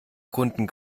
kunden